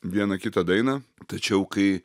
vieną kitą dainą tačiau kai